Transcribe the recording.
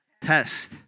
Test